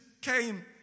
came